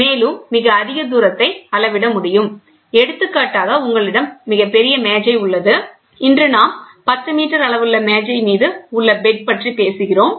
மேலும் மிக அதிக தூரத்தை அளவிட முடியும் எடுத்துக்காட்டாக உங்களிடம் மிகப் பெரியமேஜை உள்ளது இன்று நாம் 10 மீட்டர் அளவுள்ள மேஜைமீது உள்ள பெட் பற்றி பேசுகிறோம்